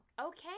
okay